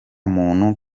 muntu